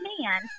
man